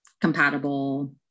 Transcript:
compatible